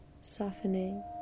softening